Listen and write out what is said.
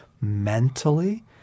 mentally